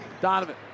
Donovan